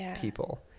people